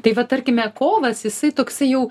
tai vat tarkime kovas jisai toksai jau